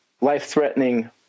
life-threatening